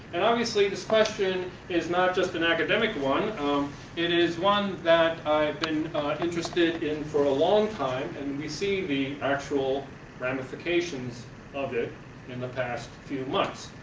and obviously this question is not just an academic one. um it is one that i've been interested in for a long time and we see the actual ramifications of it in the past few months.